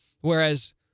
Whereas